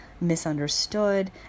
misunderstood